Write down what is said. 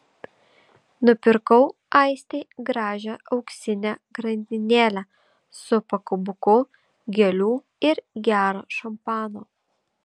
nupirkau aistei gražią auksinę grandinėlę su pakabuku gėlių ir gero šampano